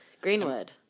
Greenwood